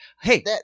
Hey